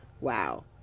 wow